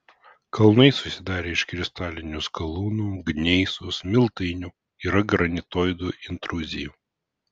kalnai susidarę iš kristalinių skalūnų gneisų smiltainių yra granitoidų intruzijų